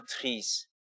trees